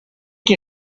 que